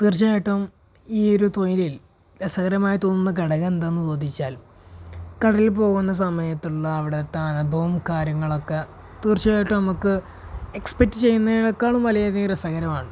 തീർച്ചയായിട്ടും ഈയൊരു തൊഴിലിൽ രസകരമായി തോന്നുന്ന ഘടകമെന്താണെന്ന് ചോദിച്ചാല് കടലിൽ പോകുന്ന സമയത്തുള്ള അവിടുത്തെ അനുഭവവും കാര്യങ്ങളുമൊക്കെ തീർച്ചയായിട്ടും നമുക്ക് എക്സ്പെക്ട് ചെയ്യുന്നതിനേക്കാളും വളരെയധികം രസകരമാണ്